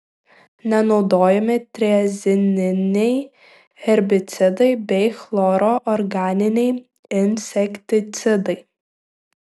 nenaudojami triazininiai herbicidai bei chloro organiniai insekticidai